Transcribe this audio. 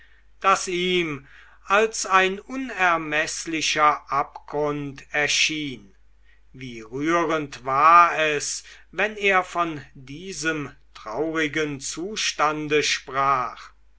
das ihm als ein unermeßlicher abgrund erschien wie rührend war es wenn er von diesem traurigen zustande sprach